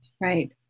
Right